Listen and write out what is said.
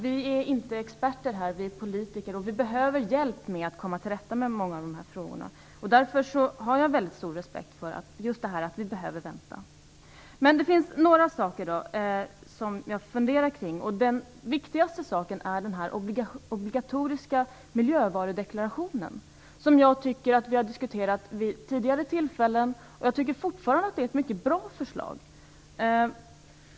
Vi är inte experter, utan vi är politiker och vi behöver hjälp med att komma till rätta med många av dessa frågor. Men det finns några saker som jag funderar kring, och den viktigaste saken är den obligatoriska miljövarudeklarationen, som vi har diskuterat vid tidigare tillfällen. Jag tycker fortfarande att det är ett mycket bra förslag.